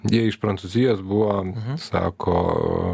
jie iš prancūzijos buvo sako